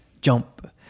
Jump